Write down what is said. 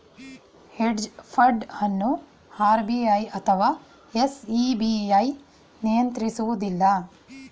hedge fund ಅನ್ನು RBI ಅಥವಾ SEBI ನಿಯಂತ್ರಿಸುವುದಿಲ್ಲ